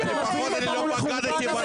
ולא מה